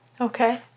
Okay